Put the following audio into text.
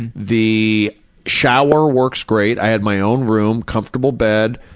and the shower works great. i had my own room, comfortable bed,